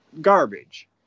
garbage